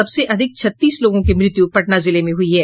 सबसे अधिक छत्तीस लोगों की मृत्यू पटना जिले में हुई है